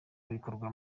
bikorwa